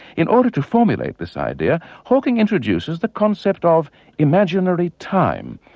in order to formulate this idea, hawking introduces the concept of imaginary time,